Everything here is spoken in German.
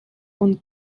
und